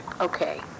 Okay